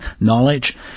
knowledge